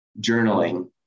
journaling